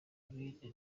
ibindi